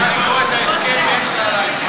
שבאים ואומרים, תוציאו את הנשק מהכפרים.